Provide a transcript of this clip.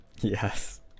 Yes